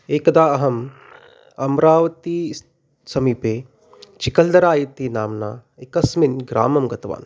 एकदा अहम् अमरावती स् समीपे चिकल्दरा इति नाम्ना एकस्मिन् ग्रामं गतवान्